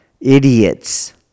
idiots